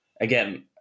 again